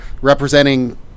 representing